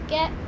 Get